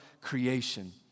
creation